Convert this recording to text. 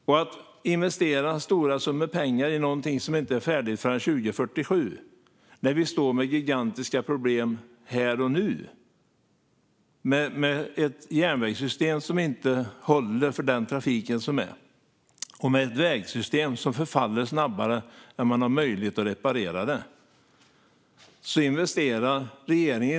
Regeringen investerar stora summor i något som inte är färdigt förrän 2047, när vi står med gigantiska problem här och nu, med ett järnvägssystem som inte håller för den trafik som finns och ett vägsystem som förfaller snabbare än man har möjlighet att reparera det.